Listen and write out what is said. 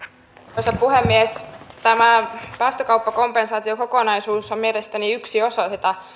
arvoisa puhemies tämä päästökauppakompensaatiokokonaisuus on mielestäni yksi osa tätä